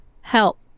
help